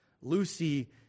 Lucy